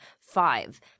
five